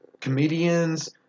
comedians